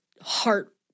heart